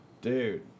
dude